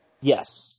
yes